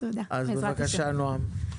אז בבקשה, נעם.